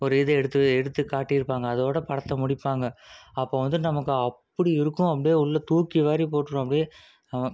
ஒரு இது எடுத்து எடுத்து காட்டியிருப்பாங்க அதோட படத்தை முடிப்பாங்க அப்போ வந்துட்டு நமக்கு அப்படி இருக்கும் அப்படியே உள்ளே தூக்கிவாரி போட்டுரும் அப்படியே